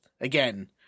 again